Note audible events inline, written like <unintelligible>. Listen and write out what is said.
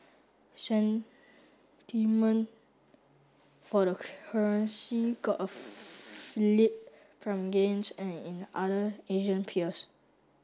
sentiment for the currency got a <unintelligible> fillip from gains an in other Asian peers